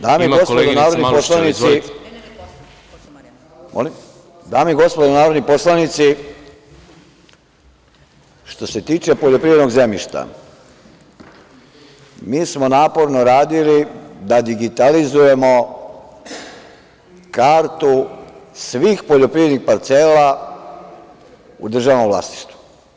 Dame i gospodo narodni poslanici, što se tiče poljoprivrednog zemljišta, mi smo naporno radili da digitalizujemo kartu svih poljoprivrednih parcela u državnom vlasništvu.